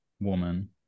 woman